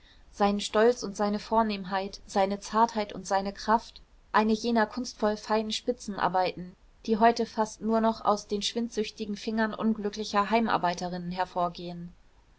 seinen stolz und seine vornehmheit seine zartheit und seine kraft eine jener kunstvoll feinen spitzenarbeiten die heute fast nur noch aus den schwindsüchtigen fingern unglücklicher heimarbeiterinnen hervorgehen